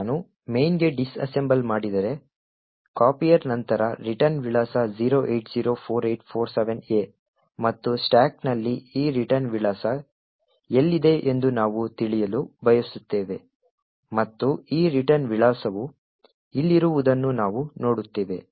ಈಗ ನಾನು main ಗೆ ಡಿಸ್ಅಸೆಂಬಲ್ ಮಾಡಿದರೆ copier ನಂತರ ರಿಟರ್ನ್ ವಿಳಾಸ 0804847A ಮತ್ತು ಸ್ಟಾಕ್ನಲ್ಲಿ ಈ ರಿಟರ್ನ್ ವಿಳಾಸ ಎಲ್ಲಿದೆ ಎಂದು ನಾವು ತಿಳಿಯಲು ಬಯಸುತ್ತೇವೆ ಮತ್ತು ಈ ರಿಟರ್ನ್ ವಿಳಾಸವು ಇಲ್ಲಿರುವುದನ್ನು ನಾವು ನೋಡುತ್ತೇವೆ